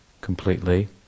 completely